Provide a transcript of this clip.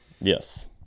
Yes